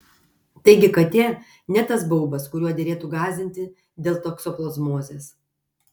taigi katė ne tas baubas kuriuo derėtų gąsdinti dėl toksoplazmozės